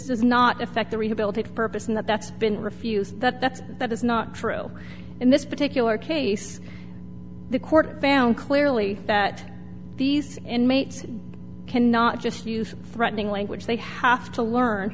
does not effect the rehabilitate purpose and that that's been refused that that's that is not true in this particular case the court found clearly that these inmates cannot just use threatening language they have to learn